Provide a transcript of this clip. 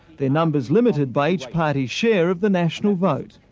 their numbers limited by each party share of the national vote.